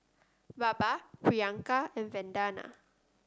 Baba Priyanka and Vandana